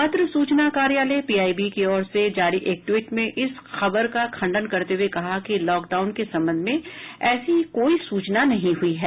पत्र सूचना कार्यालय पीआईबी की ओर से जारी एक ट्वीट में इस खबर का खंड करते हुए कहा कि लॉकडाउन के संबंध में ऐसी कोई सूचना नहीं हुई है